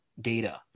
data